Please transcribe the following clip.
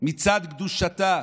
מצד קדושתה,